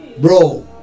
bro